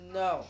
no